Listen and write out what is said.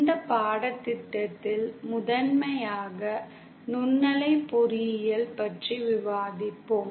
இந்த பாடத்திட்டத்தில் முதன்மையாக நுண்ணலை பொறியியல் பற்றி விவாதிப்போம்